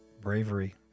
bravery